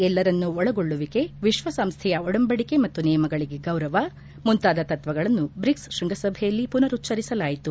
ಎಲ್ಲರನ್ನೂ ಒಳಗೊಳ್ಳುವಿಕೆ ವಿಶ್ವಸಂಸ್ವೆಯ ಒಡಂಬಡಿಕೆ ಮತ್ತು ನಿಯಮಗಳಿಗೆ ಗೌರವ ಮುಂತಾದ ತತ್ವಗಳನ್ನು ಬ್ರಿಕ್ಸ್ ಶೃಂಗಸಭೆಯಲ್ಲಿ ಮನರುಚ್ಚರಿಸಲಾಯಿತು